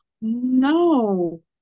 No